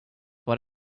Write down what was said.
what